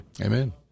Amen